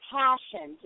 passion